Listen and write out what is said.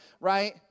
right